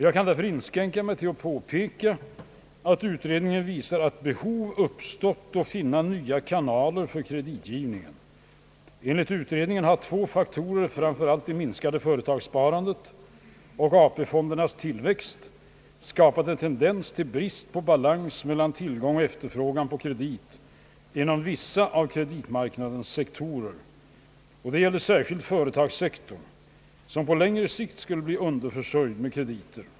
Jag kan därför inskränka mig till att påpeka, att utredningen visar att behov uppstått att finna nya kanaler för kreditgivningen. Enligt utredningen har två faktorer, framför allt det minskade företagssparandet och AP-fondens tillväxt, skapat en tendens till brist på balans mellan tillgång och efterfrågan på kredit inom vissa av kreditmarknadens sektorer. Det gäller särskilt företagssektorn, som på längre sikt skulle bli underförsörjd med krediter.